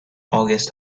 august